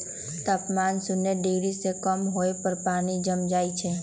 तापमान शुन्य डिग्री से कम होय पर पानी जम जाइ छइ